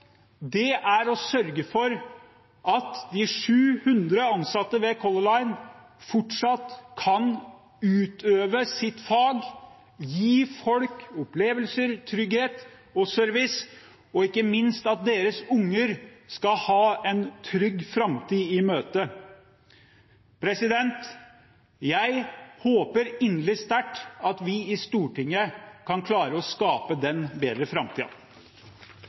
Det er å sørge for at de 700 ansatte ved Color Line fortsatt kan utøve sitt fag, gi folk opplevelser, trygghet og service, og ikke minst at ungene deres skal kunne se en trygg framtid i møte. Jeg håper inderlig sterkt at vi i Stortinget kan klare å skape den bedre